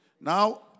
Now